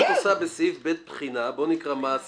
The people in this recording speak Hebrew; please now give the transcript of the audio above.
את עושה בסעיף (ב) בחינה בואו נקרא מה הבחינה: